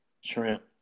shrimp